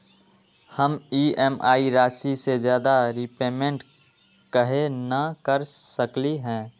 हम ई.एम.आई राशि से ज्यादा रीपेमेंट कहे न कर सकलि ह?